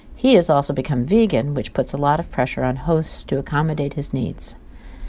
he has also become vegan, which puts a lot of pressure on hosts to accommodate his needs.